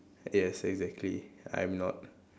yes exactly I'm not